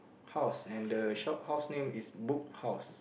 house and the shop house name is books house